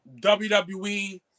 WWE